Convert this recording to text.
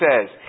says